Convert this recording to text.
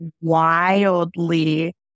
wildly